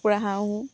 কুকৰা হাঁহো